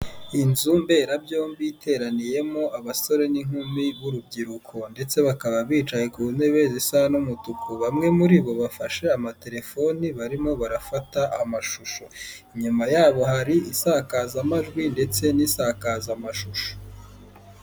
Inzu mberabyombi iteraniyemo abasore n'inkumi b'urubyiruko. Ndetse bakaba bicaye ku ntebe zisa n'umutuku. Bamwe muri bo bafashe amatelefoni, barimo barafata amashusho. Inyuma yabo hari isakazamajwi ndetse n'isakazamashusho.